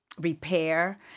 repair